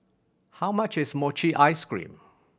how much is mochi ice cream